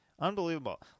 Unbelievable